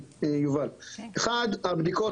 הבדיקות